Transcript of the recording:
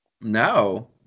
No